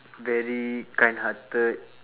very kindhearted